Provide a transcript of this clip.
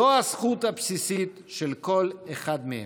זאת הזכות הבסיסית של כל אחד מהם.